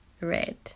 red